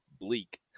bleak